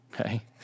Okay